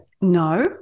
No